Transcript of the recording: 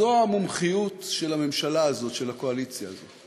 זו המומחיות של הממשלה הזאת, של הקואליציה הזאת.